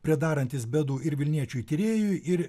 pridarantis bėdų ir vilniečiui tyrėjui ir